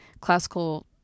classical